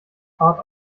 fahrt